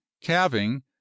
calving